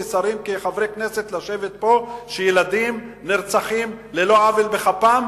כשרים וכחברי כנסת כשילדים נרצחים ללא עוול בכפם,